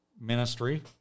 ministry